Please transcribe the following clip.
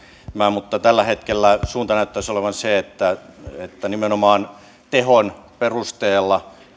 mutta tällä hetkellä suunta näyttäisi olevan se että että nimenomaan tehon perusteella